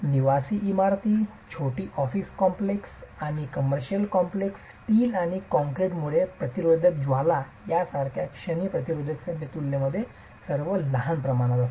तर निवासी इमारती छोटी ऑफिस कॉम्प्लेक्स आणि कमर्शियल कॉम्प्लेक्स स्टील आणि कॉंक्रिट मुळे प्रतिरोधक ज्वाला यासारख्या क्षणी प्रतिरोधक फ्रेमच्या तुलनेत सर्व लहान प्रमाणात